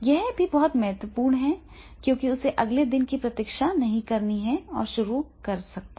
यह भी बहुत महत्वपूर्ण है क्योंकि उसे अगले दिन की प्रतीक्षा नहीं करनी है और शुरू करना है